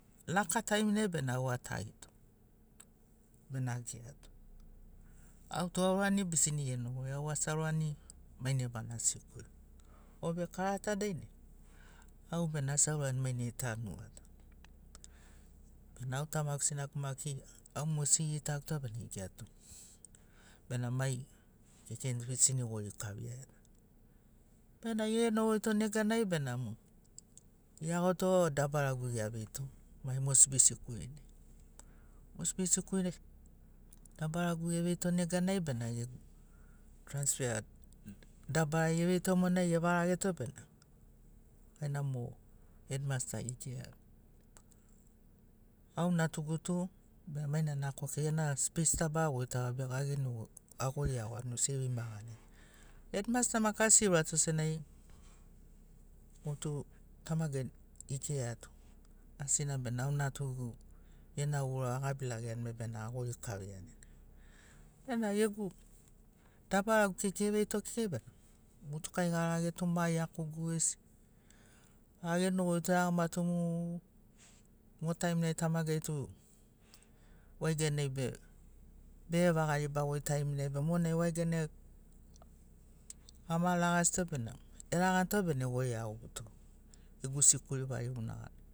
Laka taiminai bena au atagito bena akirato autu aurani bisini genogoi au asi aurani mainai bana sikuri o be karata dainai au bena asi aurani mainai tanu atato bena au tamagu sinagu maki au mogesina egitaguto bena ekirato bena mai kekeni tu bisini gori kavia etato bena egonogoito neganai benamo geagoto dabaragu gea veito mai mosbi sikulinai mosbi sikulinai dabaragu eveito neganai bena gegu transfea dabarari eveito monai evarageto bena aina mo hedmasta ekiraiato au natugu tu bena mainana akokiani gena speis ta ba goitagoa be agenogoi agoriagoni sevima gana hedmasta maki asi eurato senagi motu tamagai na ekiraiato asigina bena au natugu gena ura agabilageani be bena agorikaviani etato bena gegu dabaragu kekei eveito kekei bena motukai arageto ma iakugu gesi gagenogoito gaeagomato mu mo taimnai tamagai tu waigani ai be bevagaribagoi taimnai be monai waigani ai ama lagasito benamo eraganito bena egoriagoguto gegu sikuri variguna gana